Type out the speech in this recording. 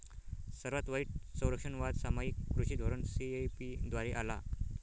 सर्वात वाईट संरक्षणवाद सामायिक कृषी धोरण सी.ए.पी द्वारे आला